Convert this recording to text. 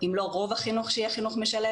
אם לא, רוב החינוך שיהיה חינוך משלב.